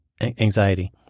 anxiety